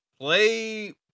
play